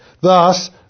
Thus